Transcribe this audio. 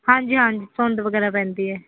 ਹਾਂਜੀ ਹਾਂਜੀ ਸੁੰਢ ਵਗੈਰਾ ਪੈਂਦੀ ਹੈ